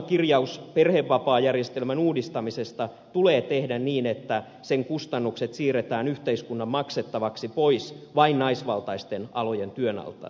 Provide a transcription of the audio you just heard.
hallitusohjelmakirjaus perhevapaajärjestelmän uudistamisesta tulee tehdä niin että sen kustannukset siirretään yhteiskunnan maksettavaksi eli pois vain naisvaltaisten alojen työnantajilta